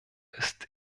ist